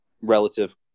relative